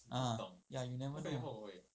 ah ya you never know